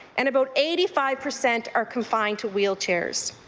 and about eighty five percent are confined to wheelchairs.